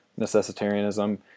necessitarianism